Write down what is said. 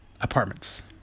apartments